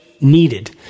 needed